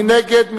מי נגד?